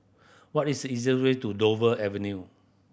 what is the easier way to Dover Avenue